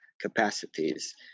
capacities